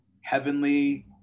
heavenly